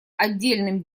отдельным